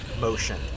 motion